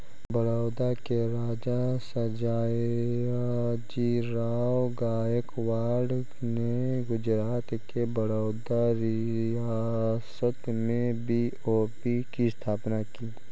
बड़ौदा के महाराजा, सयाजीराव गायकवाड़ ने गुजरात के बड़ौदा रियासत में बी.ओ.बी की स्थापना की